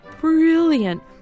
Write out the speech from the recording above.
brilliant